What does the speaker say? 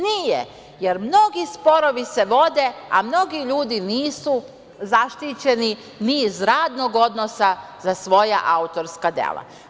Nije, jer mnogi sporovi se vode, a mnogi ljudi nisu zaštićeni ni iz radnog odnosa za svoja autorska dela.